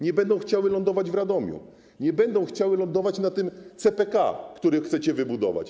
Nie będą chciały lądować w Radomiu, nie będą chciały lądować w tym CPK, który chcecie wybudować.